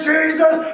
Jesus